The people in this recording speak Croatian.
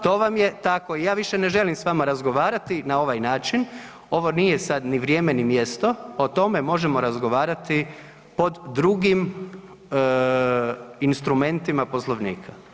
To vam je tako i ja više ne želim s vama razgovarati na ovaj način, ovo nije sada ni vrijeme ni mjesto, o tome možemo razgovarati pod drugim instrumentima Poslovnika.